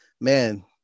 man –